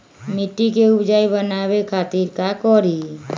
मिट्टी के उपजाऊ बनावे खातिर का करी?